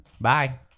Bye